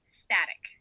static